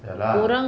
ya lah